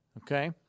Okay